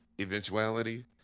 eventuality